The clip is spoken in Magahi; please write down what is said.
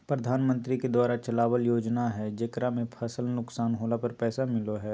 प्रधानमंत्री के द्वारा चलावल योजना हइ जेकरा में फसल नुकसान होला पर पैसा मिलो हइ